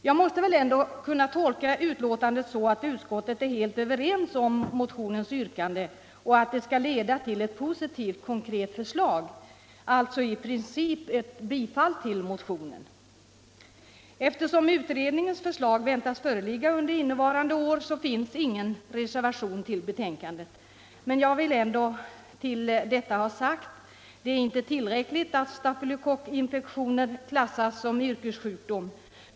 Jag måste väl ändå kunna tolka betänkandet så att utskottet är helt överens med motionärerna beträffande motionsyrkandet och att det skall leda till ett positivt konkrekt förslag, alltså i princip ett bifall till motionen. Eftersom utredningens förslag väntas föreligga under innevarande år finns det ingen reservation till betänkandet. Men jag vill ändå ha sagt att det inte är tillräckligt att stafylokockinfektioner klassas som yrkessjukdom.